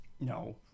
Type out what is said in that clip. no